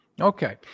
okay